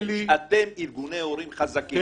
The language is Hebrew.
אתם ארגוני הורים חזקים.